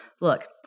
Look